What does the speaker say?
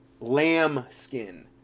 Lambskin